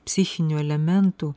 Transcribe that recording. psichinių elementų